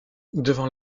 devant